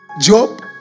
Job